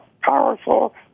powerful